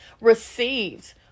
received